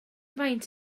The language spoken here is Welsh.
faint